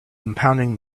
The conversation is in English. impounding